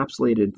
encapsulated